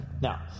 now